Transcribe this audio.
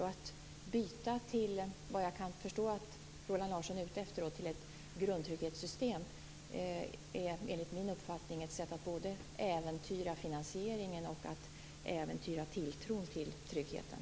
Att då byta till ett grundtrygghetssystem - vad jag kan förstå är det vad Roland Larsson är ute efter - är enligt min uppfattning ett sätt att äventyra både finansieringen och tilltron till tryggheten.